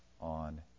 on